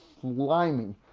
slimy